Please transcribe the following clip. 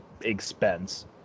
expense